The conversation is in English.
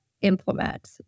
implement